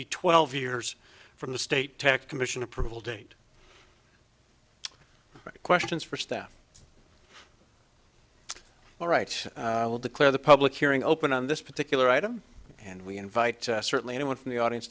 be twelve years from the state tax commission approval date questions for staff all right i will declare the public hearing open on this particular item and we invite certainly anyone from the audience